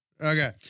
Okay